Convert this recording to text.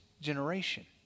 generation